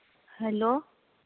hello